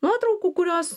nuotraukų kurios